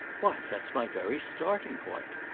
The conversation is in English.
why that's my very starting-point.